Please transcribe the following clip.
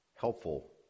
helpful